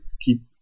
keep